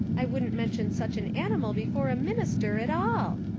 i wouldn't mention such an animal before a minister at all.